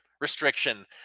restriction